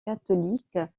catholique